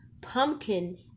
pumpkin